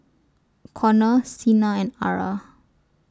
Conner Sena and Ara